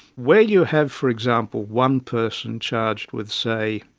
where you have, for example, one person charged with, say,